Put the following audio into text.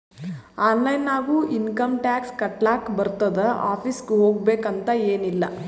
online ನಾಗು income tax ಕಟ್ಲಾಕ್ ಬರ್ತುದ್ ಆಫೀಸ್ಗ ಹೋಗ್ಬೇಕ್ ಅಂತ್ ಎನ್ ಇಲ್ಲ